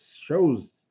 shows